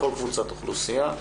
בכל קבוצת אוכלוסייה,